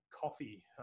coffee